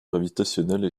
gravitationnelle